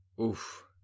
Oof